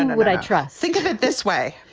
and would i trust. think of it this way.